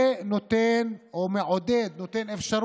זה מעודד או נותן אפשרות